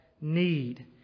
need